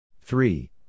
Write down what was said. three